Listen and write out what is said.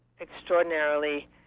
extraordinarily